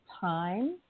time